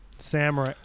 Samurai